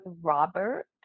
Robert